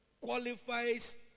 qualifies